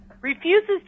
refuses